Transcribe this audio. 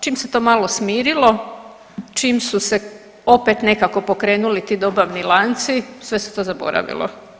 Čim se to malo smirilo, čim su se opet nekako pokrenuli ti dobavni lanci sve se to zaboravilo.